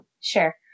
Sure